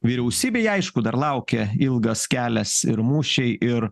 vyriausybėj aišku dar laukia ilgas kelias ir mūšiai ir